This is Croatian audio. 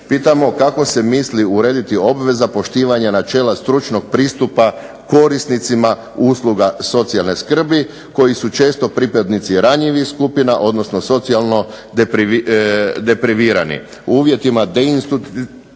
Pitamo kako se misli urediti obveza poštivanja načela stručnog pristupa korisnicima usluga socijalne skrbi koji su često pripadnici ranjivih skupina odnosno socijalno deprivirani. U uvjetima deinstitucionalizacije